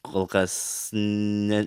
kol kas na